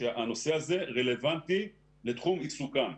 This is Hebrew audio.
שהנושא הזה רלוונטי לתחום עיסוקן.